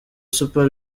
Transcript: super